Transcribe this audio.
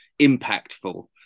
impactful